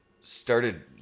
started